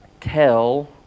tell